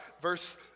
Verse